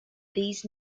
these